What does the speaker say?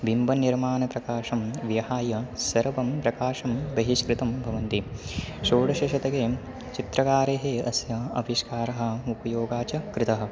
बिम्बनिर्मानप्रकाशं विहाय सर्वं प्रकाशं बहिष्कृतं भवन्ति षोडशतके चित्रकारैः अस्य अविष्कारः उपयोगा च कृतः